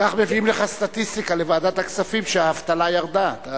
כך מביאים לך סטטיסטיקה לוועדת הכספים שהאבטלה ירדה.